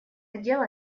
дело